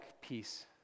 peace